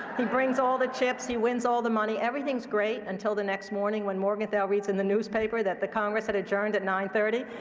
he brings all the chips, he wins all the money. everything's great until the next morning, when morgenthau reads in the newspaper that the congress had adjourned at nine thirty.